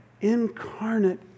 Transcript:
incarnate